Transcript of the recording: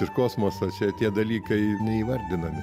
ir kosmoso čia tie dalykai neįvardinami